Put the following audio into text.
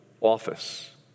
office